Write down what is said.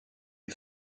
est